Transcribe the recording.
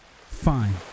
Fine